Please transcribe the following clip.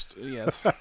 Yes